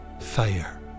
fire